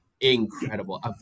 incredible